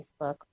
Facebook